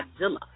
Godzilla